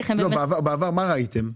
מה ראיתם בעבר.